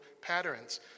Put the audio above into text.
patterns